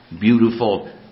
beautiful